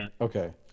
Okay